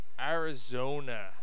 Arizona